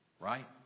Right